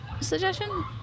suggestion